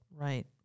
right